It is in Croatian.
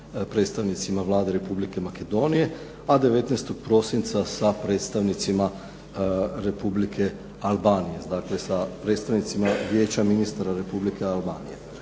predstavnicima Vlade Republike Makedonije, a 19. prosinca sa predstavnicima Republike Albanije. Dakle, sa predstavnicima Vijeća ministara Republike Albanije.